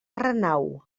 renau